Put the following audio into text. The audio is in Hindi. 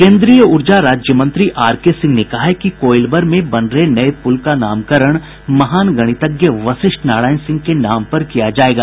केन्द्रीय ऊर्जा राज्य मंत्री आर के सिंह ने कहा है कि कोईलवर में बन रहे नये पुल का नामकरण महान गणितज्ञ वशिष्ठ नारायण सिंह के नाम पर किया जायेगा